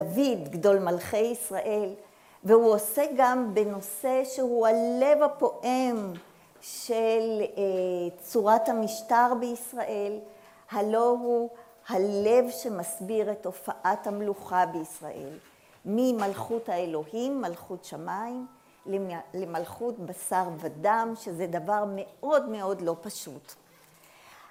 דוד, גדול מלכי ישראל, והוא עוסק גם בנושא שהוא הלב הפועם של צורת המשטר בישראל, הלא הוא הלב שמסביר את תופעת המלוכה בישראל. ממלכות האלוהים, מלכות שמיים, למלכות בשר ודם, שזה דבר מאוד מאוד לא פשוט.